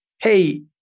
hey